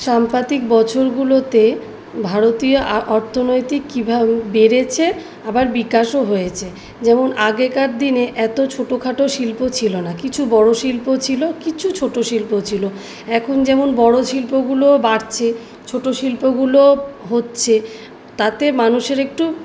সাম্প্রতিক বছরগুলোতে ভারতীয় অর্থনৈতিক কীভাবে বেড়েছে আবার বিকাশও হয়েছে যেমন আগেকার দিনে এত ছোটো খাটো শিল্প ছিলো না কিছু বড়ো শিল্পও ছিলো কিছু ছোটো শিল্প ছিলো এখন যেমন বড়ো শিল্পগুলো বাড়ছে ছোটো শিল্পগুলো হচ্ছে তাতে মানুষের একটু